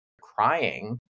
crying